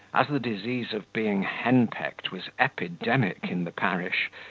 as the disease of being henpecked was epidemic in the parish,